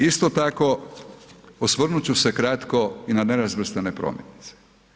Isto tako osvrnut ću se kratko i na nerazvrstane prometnice.